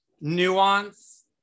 nuance